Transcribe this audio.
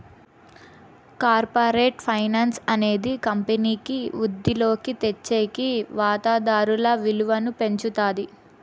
corporate finance అనేది కంపెనీకి వృద్ధిలోకి తెచ్చేకి వాతాదారుల విలువను పెంచుతాది